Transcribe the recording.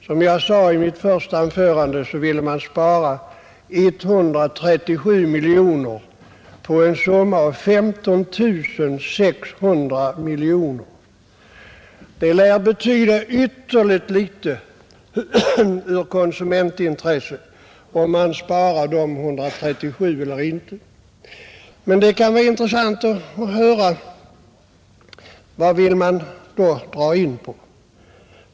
Som jag sade i mitt första anförande vill man spara 137 miljoner kronor på en summa av 15 600 miljoner, Det lär betyda ytterligt litet ur konsumentsynpunkt, om man sparar dessa 137 miljoner eller inte, men det kan vara intressant att höra vad man vill dra in på.